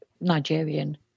Nigerian